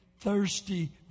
thirsty